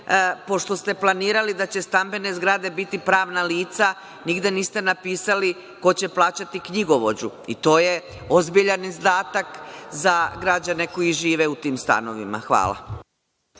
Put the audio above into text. pošto ste planirali da će stambene zgrade biti pravna lica, nigde niste napisali ko će plaćati knjigovođu? To je ozbiljan izdatak za građane koji žive u tim stanovima. Hvala.